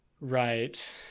Right